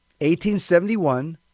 1871